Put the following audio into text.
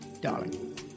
Darling